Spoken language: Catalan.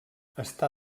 està